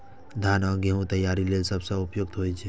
धान आ गहूम तैयारी लेल ई सबसं उपयुक्त होइ छै